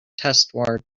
testword